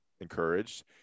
encouraged